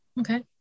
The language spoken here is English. Okay